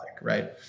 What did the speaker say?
right